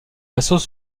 vassaux